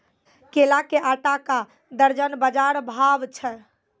केला के आटा का दर्जन बाजार भाव छ?